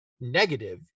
negative